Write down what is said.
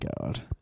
god